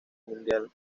mundial